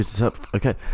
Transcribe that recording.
Okay